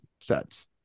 sets